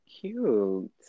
Cute